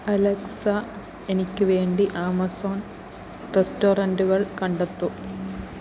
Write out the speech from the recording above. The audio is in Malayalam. അലെക്സ എനിക്ക് വേണ്ടി ആമസോൺ റെസ്റ്റോറന്റുകൾ കണ്ടെത്തൂ